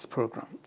Program